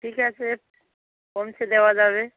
ঠিক আছে পৌঁছে দেওয়া যাবে